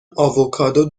آووکادو